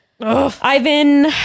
Ivan